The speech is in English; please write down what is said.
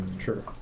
Sure